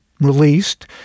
released